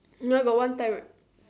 no got one time